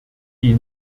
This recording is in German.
die